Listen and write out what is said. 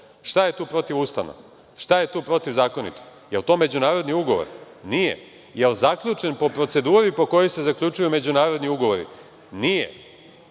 Šta je tu protivustavno? Šta je tu protivzakonito? Je li to međunarodni ugovor? Nije. Je li zaključen po proceduri po kojoj se zaključuju međunarodni ugovori? Nije.